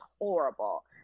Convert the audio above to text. horrible